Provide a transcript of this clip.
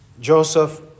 Joseph